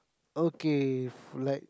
okay for let